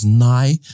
nigh